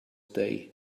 day